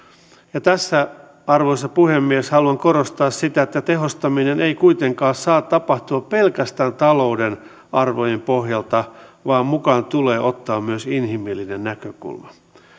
ja tässä arvoisa puhemies haluan korostaa sitä että tehostaminen ei kuitenkaan saa tapahtua pelkästään talouden arvojen pohjalta vaan mukaan tulee ottaa myös inhimillinen näkökulma